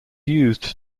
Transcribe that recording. used